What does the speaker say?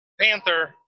Panther